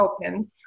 opened